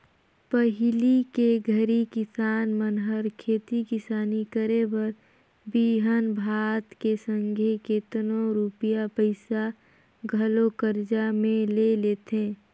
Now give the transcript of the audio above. पहिली के घरी किसान मन हर खेती किसानी करे बर बीहन भात के संघे केतनो रूपिया पइसा घलो करजा में ले लेथें